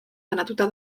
banatuta